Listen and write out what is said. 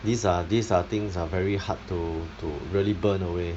these are these are things are very hard to to really burn away